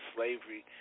Slavery